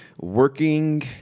working